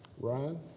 Ryan